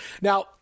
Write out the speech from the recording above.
Now